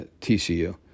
TCU